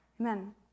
Amen